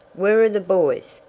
where are the boys?